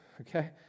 okay